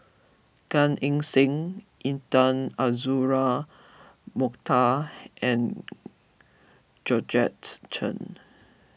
Gan Eng Seng Intan Azura Mokhtar and Georgette Chen